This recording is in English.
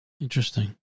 Interesting